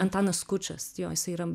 antanas skučas jo jisai yra